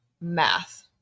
math